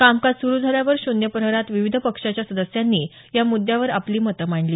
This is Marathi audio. कामकाज सुरू झाल्यावर शून्यप्रहरात विविध पक्षांच्या सदस्यांनी या मुद्यावर आपली मतं मांडली